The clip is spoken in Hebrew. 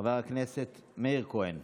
חבר הכנסת מאיר כהן,